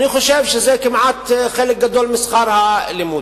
אני חושב שזה חלק גדול משכר הלימוד.